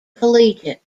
collegiate